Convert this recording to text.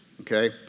okay